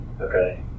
Okay